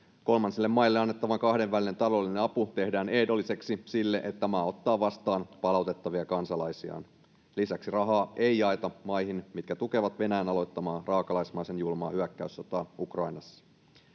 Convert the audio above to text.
Kolmansille maille annettava kahdenvälinen taloudellinen apu tehdään ehdolliseksi sille, että maa ottaa vastaan palautettavia kansalaisiaan. Lisäksi rahaa ei jaeta maihin, jotka tukevat Venäjän aloittamaa raakalaismaisen julmaa hyökkäyssotaa Ukrainassa.